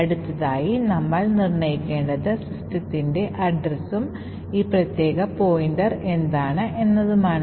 അടുത്തതായി നമ്മൾ നിർണ്ണയിക്കേണ്ടത് സിസ്റ്റത്തിന്റെ അഡ്രസ്സും ഈ പ്രത്യേക pointer എന്താണ് എന്നുമാണ്